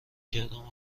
کردم